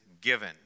given